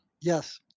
Yes